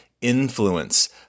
influence